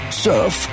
Surf